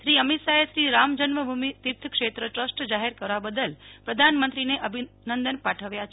શ્રી અમિત શાહે શ્રી રામ જન્મભૂમિ તીર્થક્ષેત્ર ટ્રસ્ટ જાહેર કરવા બદલ પ્રધાનમંત્રીને અભિનંદન પાઠવ્યા છે